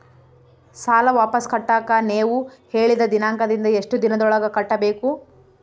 ಸಾಲ ವಾಪಸ್ ಕಟ್ಟಕ ನೇವು ಹೇಳಿದ ದಿನಾಂಕದಿಂದ ಎಷ್ಟು ದಿನದೊಳಗ ಕಟ್ಟಬೇಕು?